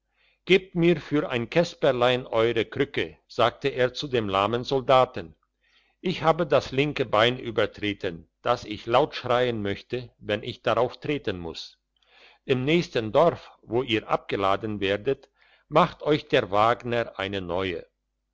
gebt mir für ein käsperlein eure krücke sagte er zu dem lahmen soldaten ich habe das linke bein übertreten dass ich laut schreien möchte wenn ich drauf treten muss im nächsten dorf wo ihr abgeladen werdet macht euch der wagner eine neue